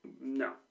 No